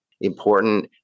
important